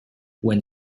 when